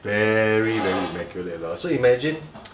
very very immaculate lor so imagine